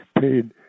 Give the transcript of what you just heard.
paid